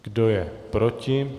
Kdo je proti?